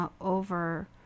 over